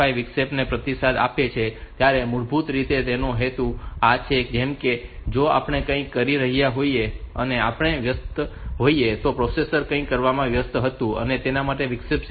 5 વિક્ષેપને પ્રતિસાદ આપે છે તેથી આ મૂળભૂત રીતે તેનો હેતુ આ છે જેમ કે જો આપણે કંઈક કરી રહ્યા હોઈએ અને આપણે વ્યસ્ત હોઈએ એ રીતે પ્રોસેસર કંઈક કરવામાં વ્યસ્ત હતું અને તેમાં આ વિક્ષેપ 7